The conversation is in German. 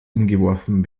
umgeworfen